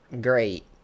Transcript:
great